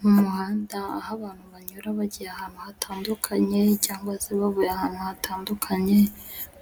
Mu muhanda aho abantu banyura bagiye ahantu hatandukanye, cyangwa se bavuye ahantu hatandukanye,